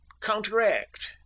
counteract